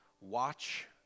Watch